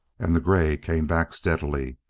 and the gray came back steadily.